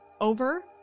over